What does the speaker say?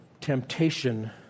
temptation